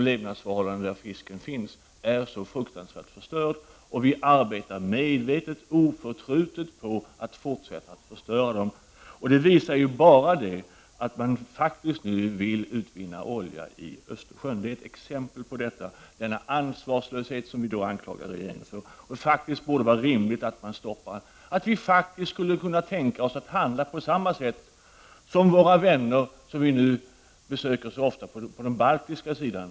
Levnadsförhållandena i de vatten fisken finns i är så fruktansvärt förstörda, och vi arbetar medvetet, oförtrutet på att fortsätta att förstöra dem. Bara det att man faktiskt vill utvinna olja i Östersjön är ett exempel på denna ansvarslöshet som vi anklagar regeringen för. Det borde faktiskt vara rimligt att stoppa detta. Vi borde kunna tänka oss att handla på samma sätt som våra vänner, som vi ofta besöker, på den baltiska sidan.